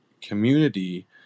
community